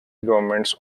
governments